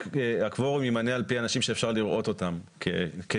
הקוורום יימנה על פי אנשים שאפשר לראות אותם כנמצאים.